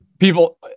People